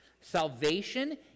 Salvation